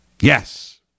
Yes